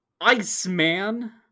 Iceman